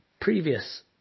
previous